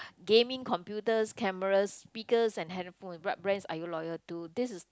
gaming computers cameras speakers and handphone what brands are you loyal to this is